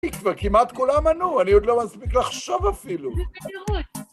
כבר כמעט כולם ענו, אני עוד לא מספיק לחשוב אפילו.